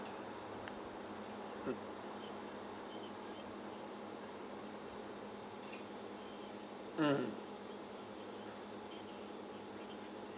mm mm